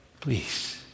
Please